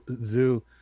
zoo